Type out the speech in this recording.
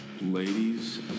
Ladies